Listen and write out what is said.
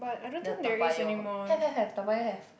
the Toa-Payoh have have have Toa-Payoh have